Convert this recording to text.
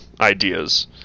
ideas